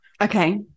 Okay